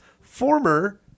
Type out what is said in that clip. former